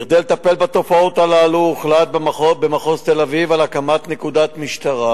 3. כדי לטפל בתופעות הללו הוחלט במחוז תל-אביב על הקמת נקודת משטרה